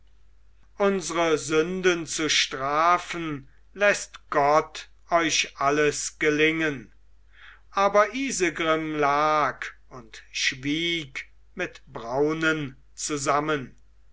unsre sünden zu strafen läßt gott euch alles gelingen aber isegrim lag und schwieg mit braunen zusammen